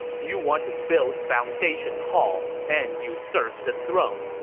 you want to build foundation hall and usurp the throne,